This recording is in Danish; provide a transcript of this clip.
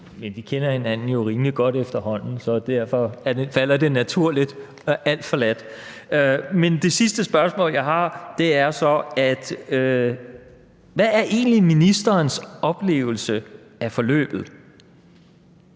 efterhånden hinanden rimelig godt, og derfor falder det naturligt med den tiltale, men alt forladt. Det sidste spørgsmål, jeg har, er så: Hvad er egentlig ministerens oplevelse af forløbet?